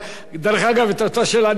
את אותה שאלה אני יכול לשאול עליך,